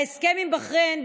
ההסכם עם בחריין,